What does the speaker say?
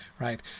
right